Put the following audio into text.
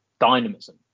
dynamism